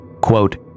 quote